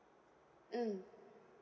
mm